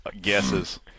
guesses